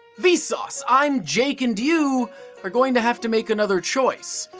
vsauce, i'm jake and you are going to have to make another choice.